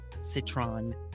citron